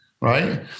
right